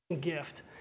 gift